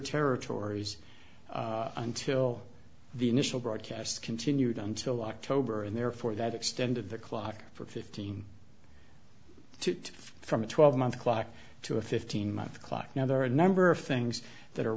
territories until the initial broadcast continued until october and therefore that extended the clock for fifteen to from a twelve month clock to a fifteen month clock now there are a number of things that are